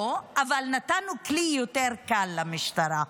לא, אבל נתנו כלי יותר קל למשטרה.